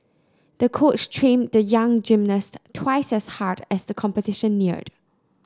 the coach trained the young gymnast twice as hard as the competition neared